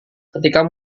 ketika